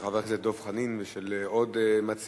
חבר הכנסת דב חנין ושל עוד מציעים,